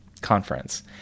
conference